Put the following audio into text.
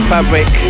Fabric